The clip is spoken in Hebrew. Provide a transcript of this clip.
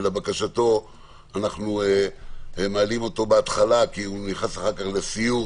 ולבקשתו נעלה אותו בהתחלה כי הוא נכנס אחר כך לסיור